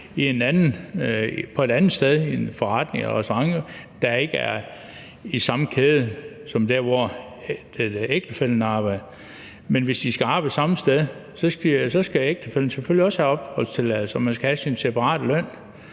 et andet sted, i en forretning eller på en restaurant, der ikke er i samme kæde som der, hvor man selv arbejder. Men hvis man skal arbejde samme sted, skal ægtefællen selvfølgelig også have opholdstilladelse, og man skal have sin separate løn;